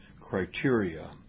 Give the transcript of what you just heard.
criteria